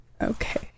Okay